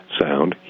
sound